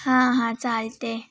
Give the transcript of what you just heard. हां हां चालते